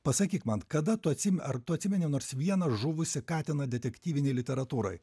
pasakyk man kada tu atsi ar tu atsimeni nors vieną žuvusį katiną detektyvinėj literatūroj